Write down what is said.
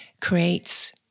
creates